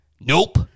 nope